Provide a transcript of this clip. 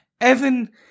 Evan